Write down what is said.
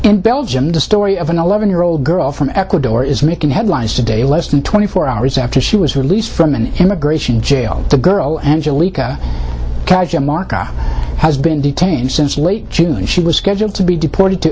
in belgium the story of an eleven year old girl from ecuador is making headlines today less than twenty four hours after she was released from an immigration jail the girl angelica market has been detained since late june and she was scheduled to be deported to